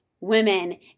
women